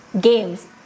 games